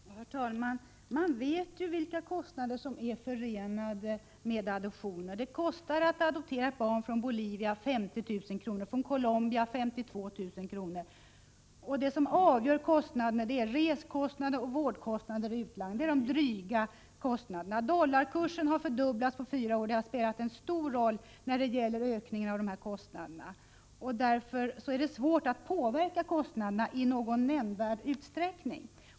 Herr talman! Man vet vilka kostnader som är förenade med en adoption. Det kostar 50 000 kr. att adoptera ett barn från Bolivia, 52 000 kr. från Colombia. Det är resekostnader och vårdkostnader i utlandet som är de dryga posterna. Dollarkursen har fördubblats på fyra år. Det har spelat en stor roll för ökningen av kostnaderna. Därför är det svårt att påverka kostnaderna i någon nämnvärd utsträckning.